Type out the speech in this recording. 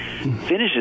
finishes